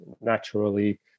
naturally